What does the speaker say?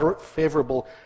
favorable